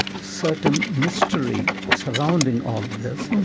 certain mystery surrounding all this.